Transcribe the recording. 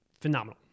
phenomenal